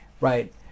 right